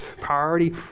priority